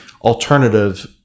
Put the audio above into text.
alternative